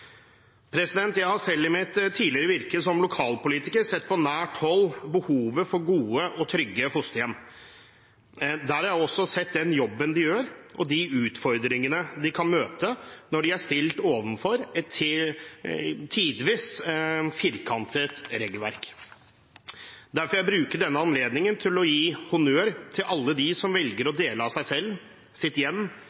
Jeg har selv i mitt tidligere virke som lokalpolitiker sett på nært hold behovet for gode og trygge fosterhjem. Der har jeg også sett den jobben de gjør, og de utfordringene de kan møte når de er stilt overfor et tidvis firkantet regelverk. Derfor vil jeg bruke denne anledningen til å gi honnør til alle dem som velger å